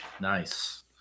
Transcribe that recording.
Nice